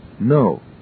No